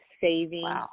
Saving